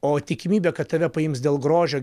o tikimybė kad tave paims dėl grožio